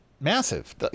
massive